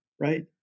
right